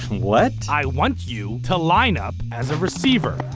what? i want you. to line up. as a receiver.